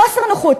חוסר נוחות.